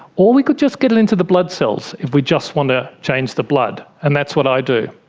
or we could just get it into the blood cells if we just want to change the blood, and that's what i do.